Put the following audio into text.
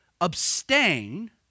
abstain